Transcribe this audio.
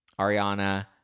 Ariana